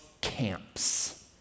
camps